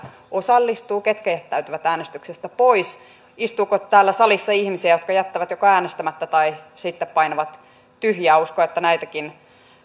osallistuu ketkä jättäytyvät äänestyksestä pois istuuko täällä salissa ihmisiä jotka joko jättävät äänestämättä tai sitten painavat tyhjää uskon että näitäkin